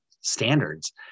standards